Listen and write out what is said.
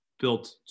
built